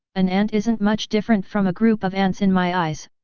an ant isn't much different from a group of ants in my eyes,